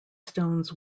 stones